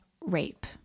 rape